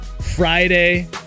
Friday